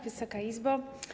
Wysoka Izbo!